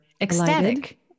ecstatic